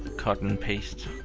cut and paste,